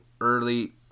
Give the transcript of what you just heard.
early